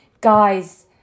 guys